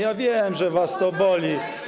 Ja wiem, że was to boli.